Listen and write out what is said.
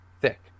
thick